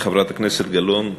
חברת הכנסת גלאון,